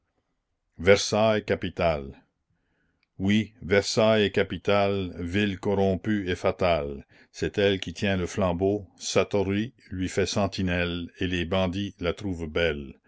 oui versailles est capitale ville corrompue et fatale c'est elle qui tient le flambeau satory lui fait sentinelle et les bandits la trouvent belle